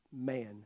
Man